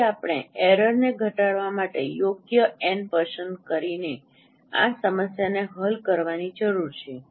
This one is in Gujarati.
તેથી આપણેઆ એરરને ઘટાડવા માટે યોગ્ય એન પસંદ કરીને આ સમસ્યાને હલ કરવાની જરૂર છે